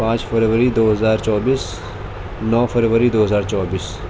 پانچ فروری دو ہزار چوبیس نو فروری دو ہزار چوبیس